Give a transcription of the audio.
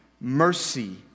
mercy